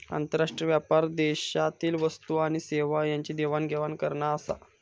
आंतरराष्ट्रीय व्यापार देशादेशातील वस्तू आणि सेवा यांची देवाण घेवाण करना आसा